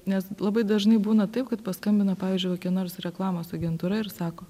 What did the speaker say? nes labai dažnai būna taip kad paskambina pavyzdžiui kokia nors reklamos agentūra ir sako